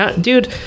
Dude